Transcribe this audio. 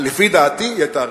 לפי דעתי היא היתה הראשונה.